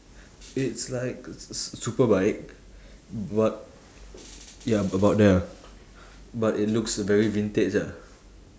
it's like s~ super bike but ya about there ah but it looks very vintage ah